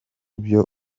byo